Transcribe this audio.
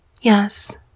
Yes